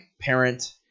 parent